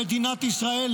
למדינת ישראל,